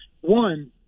one